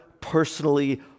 personally